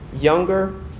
Younger